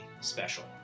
special